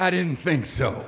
i didn't think so